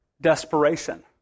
Desperation